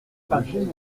mais